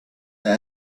that